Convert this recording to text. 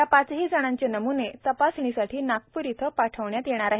या पाचही जणांचे नमूने तपासणीसाठी नागपूर येथे पाठविण्यात येणार आहे